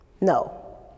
No